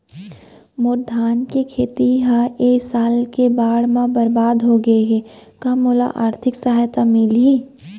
मोर धान के खेती ह ए साल के बाढ़ म बरबाद हो गे हे का मोला आर्थिक सहायता मिलही?